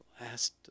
Last